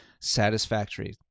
satisfactory